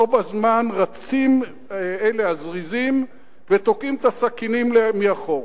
בו בזמן רצים אלה הזריזים ותוקעים את הסכינים מאחור.